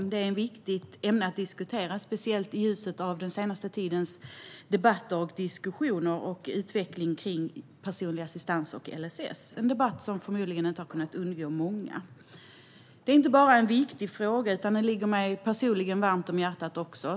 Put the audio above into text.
Detta är ett viktigt ämne att diskutera, speciellt i ljuset av den senaste tidens debatter och diskussioner och utvecklingen kring personlig assistans och LSS. Det är en debatt som förmodligen inte har kunnat undgå många. Detta är inte bara en viktig fråga, utan den ligger mig också personligen varmt om hjärtat.